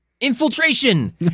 Infiltration